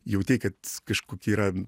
jautei kad kažkokį yra